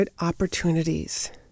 opportunities